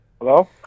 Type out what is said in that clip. Hello